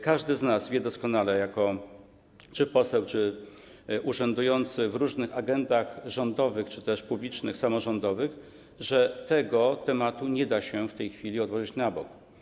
Każdy z nas wie doskonale jako czy poseł czy ktoś urzędujący w różnych agendach rządowych czy też innych publicznych, samorządowych, że tego tematu, tej sprawy nie da się w tej chwili odłożyć na bok.